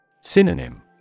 Synonym